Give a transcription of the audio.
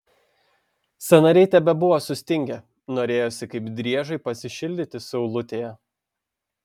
sąnariai tebebuvo sustingę norėjosi kaip driežui pasišildyti saulutėje